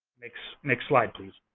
next next slide, please.